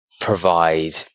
provide